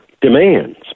demands